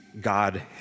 God